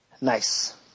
Nice